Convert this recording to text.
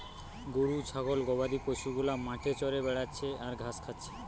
গরু ছাগল গবাদি পশু গুলা মাঠে চরে বেড়াচ্ছে আর ঘাস খাচ্ছে